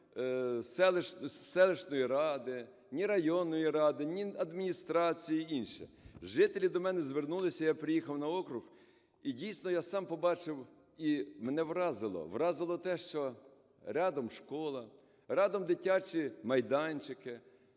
селищної ради, ні районної ради, ні адміністрації, інше. Жителі до мене звернулися, я приїхав на округ, і, дійсно, я сам побачив і мене вразило. Вразило те, що рядом школа, рядом дитячі майданчики,